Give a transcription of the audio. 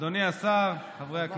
אדוני השר, חברי הכנסת,